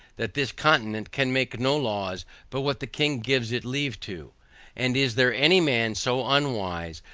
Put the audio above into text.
that this continent can make no laws but what the king gives it leave to and is there any man so unwise,